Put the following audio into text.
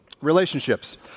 Relationships